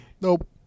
Nope